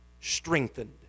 strengthened